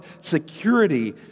security